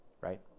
right